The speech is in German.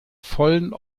vollen